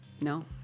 No